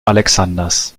alexanders